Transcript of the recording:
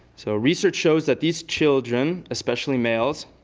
so research shows that these children, especially males,